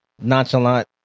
nonchalant